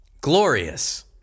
Glorious